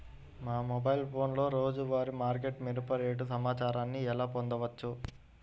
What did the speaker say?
మా మొబైల్ ఫోన్లలో రోజువారీ మార్కెట్లో మిరప రేటు సమాచారాన్ని ఎలా పొందవచ్చు?